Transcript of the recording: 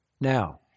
Now